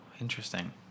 Interesting